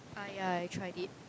ah ya I tried it